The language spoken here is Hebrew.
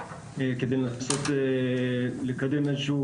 כדי לנסות לקדם,